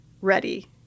ready